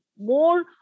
more